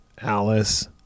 Alice